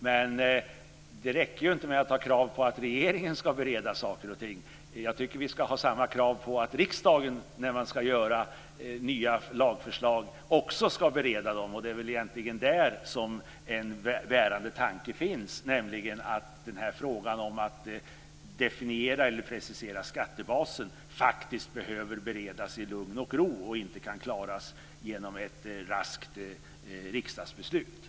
Men det räcker inte att ha krav på att regeringen ska bereda saker och ting. Jag tycker att vi ska ha samma krav på att riksdagen, när man har nya lagförslag, också ska bereda dem. Det är väl egentligen där en bärande tanke finns. Frågan om att definiera eller precisera skattebasen behöver beredas i lugn och ro och kan inte klaras genom ett raskt riksdagsbeslut.